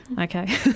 Okay